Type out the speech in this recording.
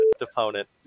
opponent